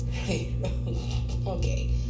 Okay